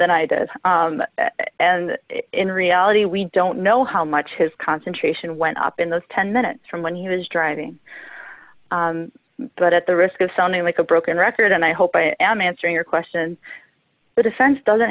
than i did and in reality we don't know how much his concentration went up in those ten minutes from when he was driving but at the risk of sounding like a broken record and i hope i am answering your question the defense doesn't